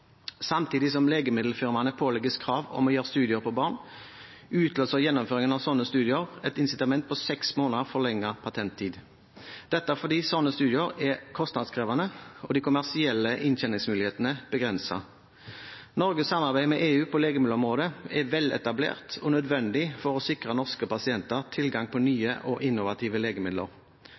Samtidig som legemiddelfirmaene pålegges krav om å gjøre studier på barn, utløser gjennomføringen av slike studier et incitament på seks måneder forlenget patenttid, dette fordi slike studier er kostnadskrevende, og de kommersielle inntjeningsmulighetene begrenset. Norges samarbeid med EU på legemiddelområdet er veletablert og nødvendig for å sikre norske pasienter tilgang på nye og innovative legemidler.